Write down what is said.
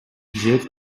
жер